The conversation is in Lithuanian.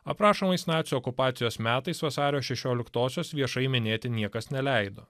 aprašomais nacių okupacijos metais vasario šešioliktosios viešai minėti niekas neleido